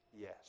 Yes